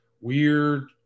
weird